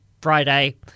Friday